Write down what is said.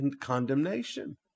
condemnation